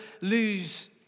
lose